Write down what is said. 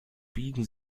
biegen